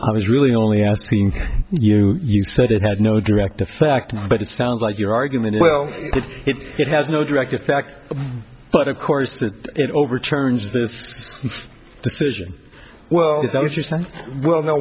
i was really only asking you you said it has no direct effect but it sounds like your argument well it has no direct effect but of course that it overturns this decision well that was you're saying well no